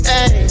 Hey